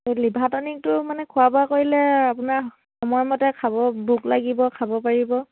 liver টনিকটো মানে খোৱা বোৱা কৰিলে আপোনাৰ সময়মতে খাব ভোক লাগিব খাব পাৰিব